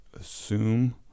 assume